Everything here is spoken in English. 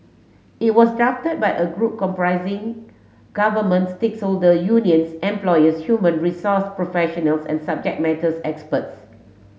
it was drafted by a group comprising government stakeholder unions employers human resource professional and subject matters experts